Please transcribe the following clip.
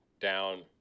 down